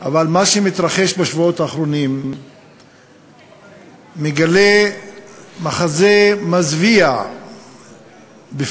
אבל מה שמתרחש בשבועות האחרונים מגלה בפנינו מחזה מזוויע של